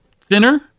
thinner